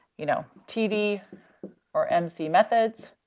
you know, td or mc methods.